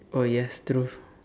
oh yes true